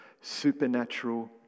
supernatural